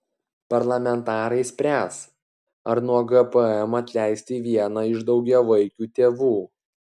parlamentarai spręs ar nuo gpm atleisti vieną iš daugiavaikių tėvų